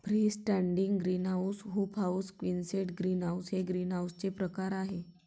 free standing greenhouse, hoop house, quonset greenhouse हे ग्रीनहाऊसचे प्रकार आहे